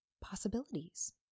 possibilities